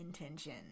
intention